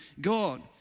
God